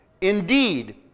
Indeed